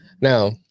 Now